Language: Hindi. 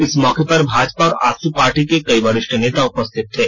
इस मौके पर भाजपा और आजसू पार्टी के कई वरिष्ठ नेता उपस्थित थे